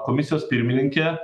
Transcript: komisijos pirmininkė